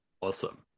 Awesome